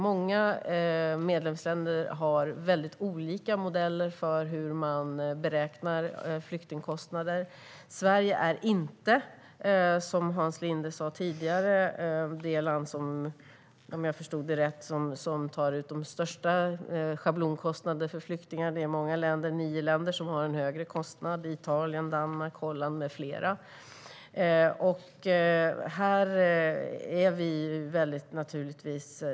Många medlemsländer har väldigt olika modeller för hur man beräknar flyktingkostnader. Sverige är inte, som Hans Linde sa tidigare, det land som tar ut de största schablonkostnaderna för flyktingar. Nio länder har en högre kostnad, bland andra Italien, Danmark och Holland.